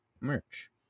merch